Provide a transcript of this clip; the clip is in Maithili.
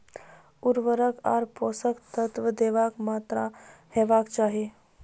उर्वरक आर पोसक तत्व देवाक मात्राकी हेवाक चाही?